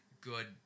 good